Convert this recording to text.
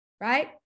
right